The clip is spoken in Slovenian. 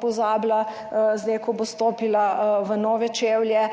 pozabila zdaj, ko bo stopila v nove čevlje.